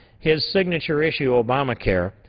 his signature issue, obamacare,